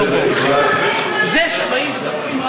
אדוני יושב-ראש הקואליציה, מה הוחלט?